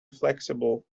flexible